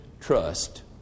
trust